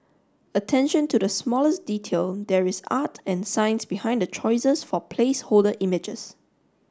attention to the smallest detail there is art and science behind the choices for placeholder images